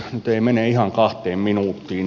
nyt ei mene ihan kahteen minuuttiin